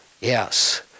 yes